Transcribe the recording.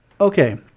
Okay